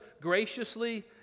graciously